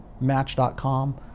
Match.com